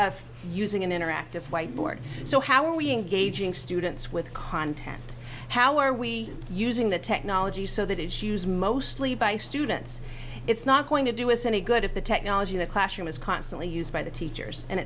of using an interactive whiteboard so how are we engaging students with content how are we using the technology so that is used mostly by students it's not going to do us any good if the technology the classroom is constantly used by the teachers and